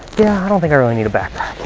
yeah, i don't think i really need a backpack.